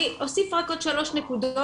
אני אוסיף רק עוד שלוש נקודות,